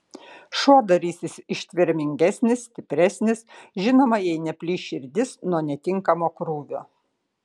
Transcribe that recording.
šuo darysis ištvermingesnis stipresnis žinoma jei neplyš širdis nuo netinkamo krūvio